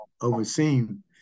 overseen